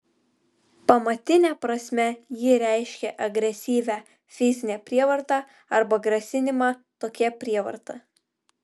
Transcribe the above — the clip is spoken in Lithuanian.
pamatine prasme ji reiškia agresyvią fizinę prievartą arba grasinimą tokia prievarta